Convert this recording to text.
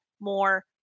more